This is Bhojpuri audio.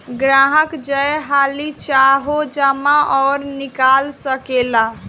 ग्राहक जय हाली चाहो जमा अउर निकाल सकेला